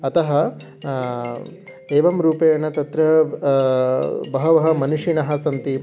अतः एवं रूपेण तत्र बहवः मनीषिणः सन्ति